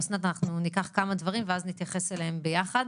אסנת, אנחנו ניקח כמה דברים ואז נתייחס אליהם יחד.